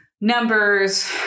numbers